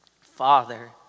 Father